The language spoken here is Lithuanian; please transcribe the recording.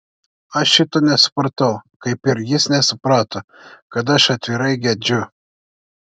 aš šito nesupratau kaip ir jis nesuprato kad aš atvirai gedžiu